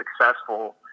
successful